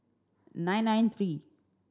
nine nine three